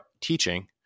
teaching